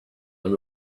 and